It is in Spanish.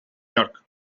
york